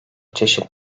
çeşit